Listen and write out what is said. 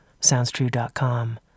SoundsTrue.com